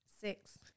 Six